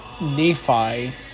Nephi